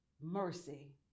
mercy